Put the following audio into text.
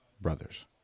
Brothers